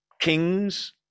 kings